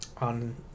on